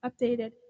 updated